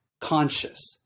conscious